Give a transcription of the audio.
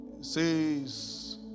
says